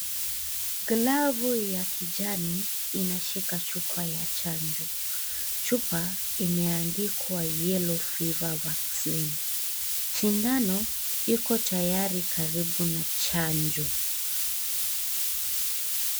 Glavu ya kijani inashika chupa ya chanjo. Chupa imeandikwa yellow fever vaccine . Sindano iko tayari karibu na chanjo.